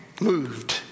moved